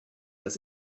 dass